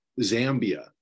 Zambia